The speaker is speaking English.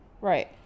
right